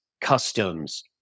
customs